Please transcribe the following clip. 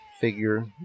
figure